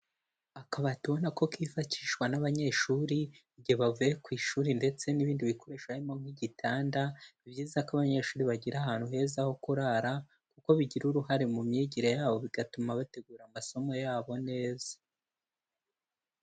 Akabati ubona ko kifashishwa n'abanyeshuri, igihe bavuye ku ishuri ndetse n'ibindi bikoresho harimo nk'igitanda, ni byiza ko abanyeshuri bagira ahantu heza ho kurara, kuko bigira uruhare mu myigire yabo bigatuma bategura amasomo yabo neza.